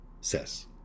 says